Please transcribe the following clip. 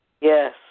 Yes